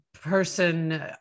person